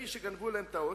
אני יכול לרשום אותו לבד.